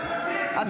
אתה בקריאה ראשונה.